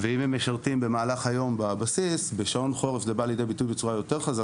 אם הם משרתים ביום אז בשעון חורף זה בא לידי ביטוי בצורה חזקה.